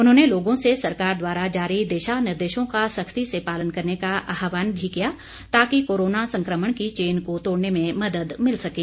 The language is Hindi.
उन्होंने लोगों से सरकार द्वारा जारी दिशा निर्देशों का सख्ती से पालन करने का आहवान भी किया ताकि कोरोना संक्रमण की चेन को तोड़ने में मदद मिल सकें